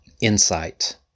insight